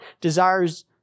desires